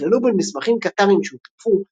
נכללו בין מסמכים קטריים שהודלפו,